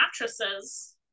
mattresses